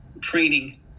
training